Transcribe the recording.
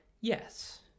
Yes